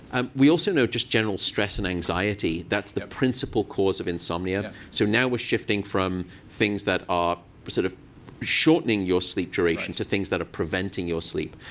um we also know just general stress and anxiety. that's the principal cause of insomnia. so now we're shifting from things that are sort of shortening your sleep duration to things that are preventing your sleep.